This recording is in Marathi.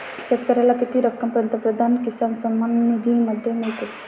शेतकऱ्याला किती रक्कम पंतप्रधान किसान सन्मान निधीमध्ये मिळते?